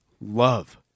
love